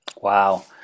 Wow